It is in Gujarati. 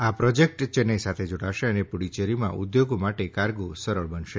આ પ્રોજેક્ટ ચેન્નાઈ સાથે જોડશે અને પુડુચ્ચેરીમાં ઉદ્યોગો માટે કાર્ગો સરળ બનાવશે